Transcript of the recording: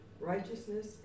righteousness